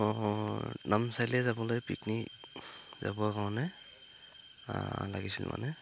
অঁঁ যাবলৈ পিকনিক যাব কাৰণে লাগিছিল মানে